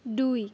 দুই